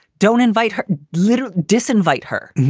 don't invite her, literally disinvite her.